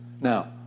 Now